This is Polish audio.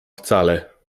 wcale